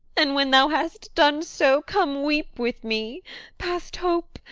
and when thou hast done so, come weep with me past hope,